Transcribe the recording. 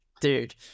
dude